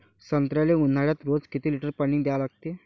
संत्र्याले ऊन्हाळ्यात रोज किती लीटर पानी द्या लागते?